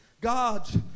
God's